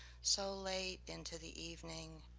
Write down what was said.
so late into the evening.